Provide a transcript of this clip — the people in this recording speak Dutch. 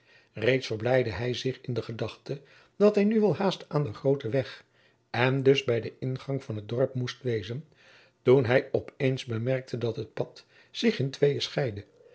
reeds verblijdde hij zich in de gedachte dat hij nu welhaast aan den grooten weg en dus bij de ingang van het dorp moest wezen toen hij op eens bemerkte dat het pad zich in tweeën